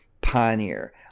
pioneer